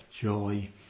joy